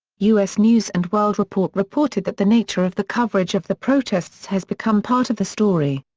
us news and world report reported that the nature of the coverage of the protests has become part of the story.